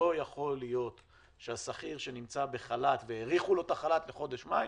לא יכול להיות שהשכיר שנמצא בחל"ת והאריכו לו את החל"ת למאי,